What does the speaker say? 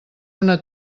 una